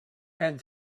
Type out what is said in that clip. and